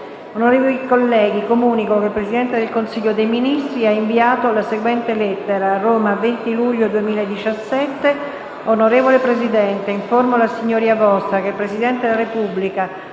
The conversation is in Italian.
Onorevoli colleghi, comunico che il Presidente del Consiglio dei ministri ha inviato la seguente lettera: «Roma, 20 luglio 2017 Onorevole Presidente, informo la S.V. che il Presidente della Repubblica,